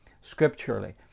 scripturally